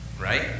Right